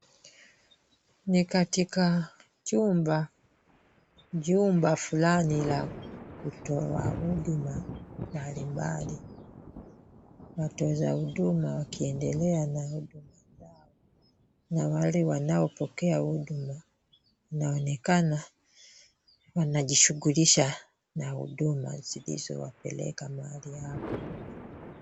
Ni katika jumba fulani la kutoa huduma mbalimbali. Watoza huduma wakiendelea na huduma zao na wale wanaopokoea huduma. Inaonekana wanajishughulisha na huduma zilizowapeleka mahali hapo.